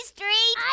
Street